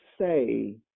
say